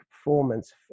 performance